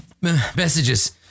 messages